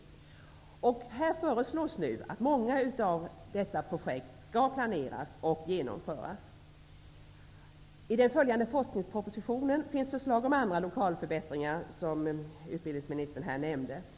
Här föreslås nu att många av dessa projekt skall planeras och genomföras. I den följande forskningspropositionen finns förslag på andra lokalförbättringar, vilket utbildningsministern nämnde.